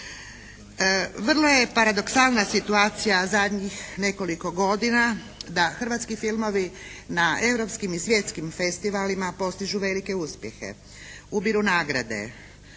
Vrlo je paradoksalna situacija zadnjih nekoliko godina da hrvatski filmovi na europskim i svjetskim festivalima postižu velike uspjehe, ubiru nagrade,